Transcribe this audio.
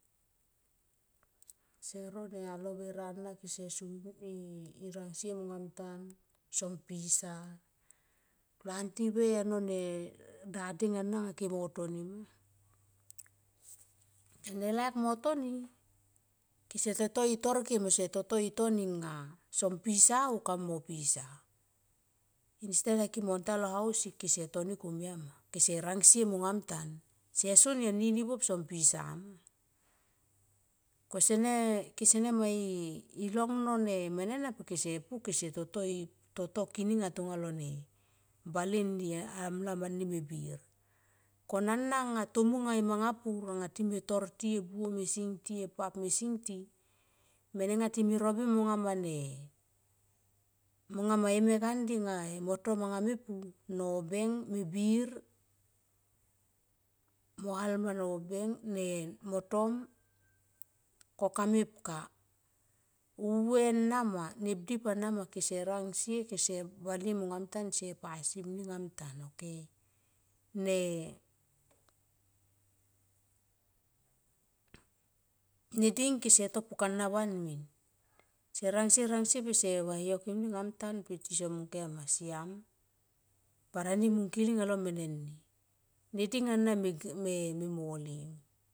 Se no ne alo vena na kese suim e nangsie mongam tan son pisa. Planty. wei ano ne dedeng ana ke mo toni. Sene lak mo toni kese toto i tor ke mo se toto i toni nga son pisa oh kamiui mo pisa. Instead ana kemo talo haus sick kese toni komia ma, se rang sie mongam tan se soni anini buop som pisa ma. Ko sene kese ne ma i long none mene na pe kese pu kese i toto i toto kining, alo bale ni amla mani me bir ko nan na anga e manga pur anga ti me tor ti e buo me singti e pap me singti menga time rovie monga ma ne, monga ma e mek andi anga e motom anga me pu nobeng me bir mo halma no beng ne motom ka mepka uve nama nepdip ana ma kese rang sie kese balie mongam tan se pasim ni ngamtan. Ok ne ding kese to pukana van min se rang sie pe se va hiokim ni ngam tan pe tiso mung komia ma siam bara ni mung kiling alo mene ni neding ana me mole